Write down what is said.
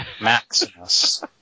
Maximus